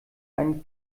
einen